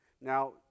Now